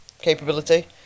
capability